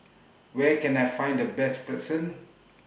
Where Can I Find The Best